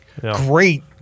Great